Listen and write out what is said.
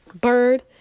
bird